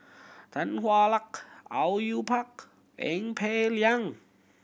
Tan Hwa Luck Au Yue Pak Eng Peng Liang